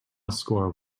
score